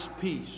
peace